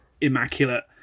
immaculate